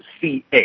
ca